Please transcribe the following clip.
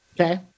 Okay